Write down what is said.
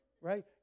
Right